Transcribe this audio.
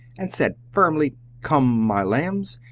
and said firmly come, my lambs!